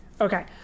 Okay